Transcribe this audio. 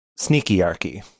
sneakyarchy